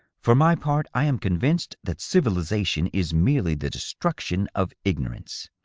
for my part, i am convinced that civilization is merely the destruction of ignorance.